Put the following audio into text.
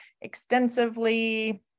extensively